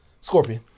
Scorpion